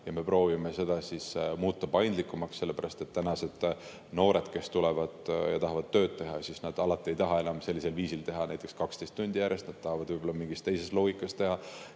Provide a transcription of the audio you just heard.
ja me proovime seda muuta paindlikumaks, sellepärast et tänased noored, kes tulevad ja tahavad tööd teha, ei taha alati seda enam sellisel viisil teha, näiteks 12 tundi järjest, vaid nad tahavad võib-olla mingi teise loogika järgi